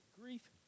grief